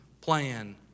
plan